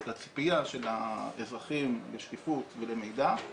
את הציפייה של האזרחים לשקיפות ולמידע,